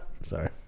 Sorry